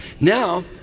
now